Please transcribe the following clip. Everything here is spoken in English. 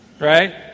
Right